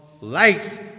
light